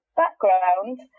background